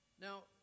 now